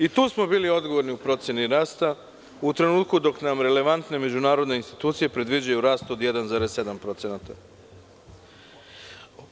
I tu smo bili odgovorni u proceni rasta, u trenutku dok nam relevantne međunarodne institucije predviđaju rast od 1,7%